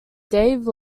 dave